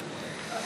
31(ב)